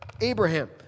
Abraham